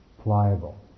pliable